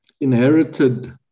inherited